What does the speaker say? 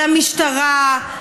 על המשטרה,